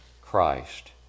Christ